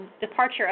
departure